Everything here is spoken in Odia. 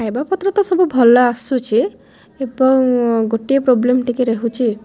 ଖାଇବା ପତ୍ର ତ ସବୁ ଭଲ ଆସୁଛି ଏବଂ ଗୋଟିଏ ପ୍ରୋବ୍ଲେମ୍ ଟିକେ ରହୁଛି